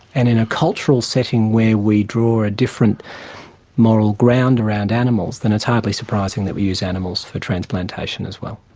and in a cultural setting where we draw a different moral ground around animals then it's hardly surprising that we use animals for transplantation as well.